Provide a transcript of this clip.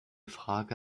frage